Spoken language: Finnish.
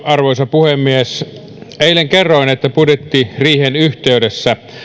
arvoisa puhemies eilen kerroin että budjettiriihen yhteydessä